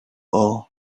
all